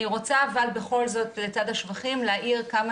אני רוצה אבל בכל זאת לצד השבחים להעיר כמה